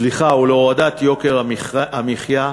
סליחה, ולהורדת יוקר המחיה,